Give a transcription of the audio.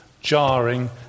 jarring